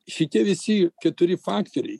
šitie visi keturi faktoriai